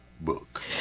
book